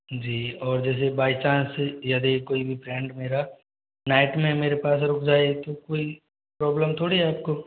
जी और जैसे by chance यदि कोई भी फ्रेंड मेरा नाइट में मेरे पास रुक जाए तो कोई प्रॉब्लम थोड़ी है आपको